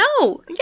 No